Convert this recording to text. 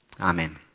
Amen